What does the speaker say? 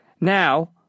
Now